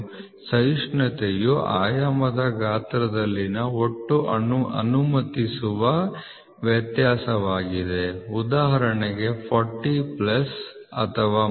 ಸಹಿಷ್ಣುತೆಯು ಆಯಾಮದ ಗಾತ್ರದಲ್ಲಿನ ಒಟ್ಟು ಅನುಮತಿಸುವ ವ್ಯತ್ಯಾಸವಾಗಿದೆ ಉದಾಹರಣೆಗೆ 40 ಪ್ಲಸ್ ಅಥವಾ ಮೈನಸ್ 0